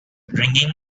ringing